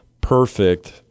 perfect